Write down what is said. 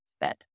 bed